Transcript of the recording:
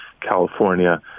California